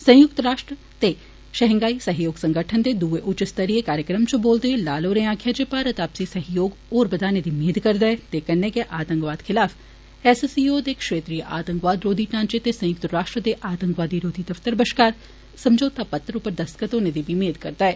संयुक्त राष्ट्र ते सहंगाई सहयोग संगठन दे दुए उच्च स्तरीय कार्यक्रम इच बोलदे होई लाल होरें आक्खेआ जे भारत आपसी सहयोग होर बदने दी मेद करदा ऐ ते कन्नै गे आतंकवाद खिलाफ एससीओ दे क्षेत्रीय आतंकवाद रोधी ढांचे ते संयुक्त राष्ट्र दे आतंकवाद रोधी दफ्तर बश्कार समझौता पत्र उप्पर दस्तखत होने दी मेद करदा ऐ